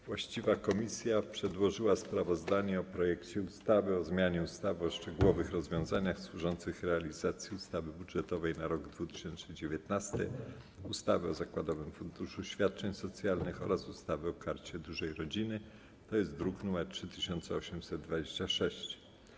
Właściwa komisja przedłożyła sprawozdanie o projekcie ustawy o zmianie ustawy o szczególnych rozwiązaniach służących realizacji ustawy budżetowej na rok 2019, ustawy o zakładowym funduszu świadczeń socjalnych oraz ustawy o Karcie Dużej Rodziny, druk nr 3826.